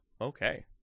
okay